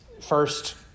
First